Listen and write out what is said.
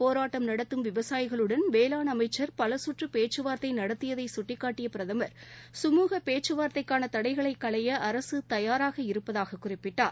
போராட்டம் நடத்தும் விவசாயிகளுடன் வேளாண் அமைச்சர் பலசுற்று பேச்சுவார்த்தை நடத்தியதை சுட்டிக்காட்டிய பிரதமர் சுமூக பேச்சுவார்த்தைக்கான தடைகளை களைய அரசு தயாராக இருப்பதாக குறிப்பிட்டார்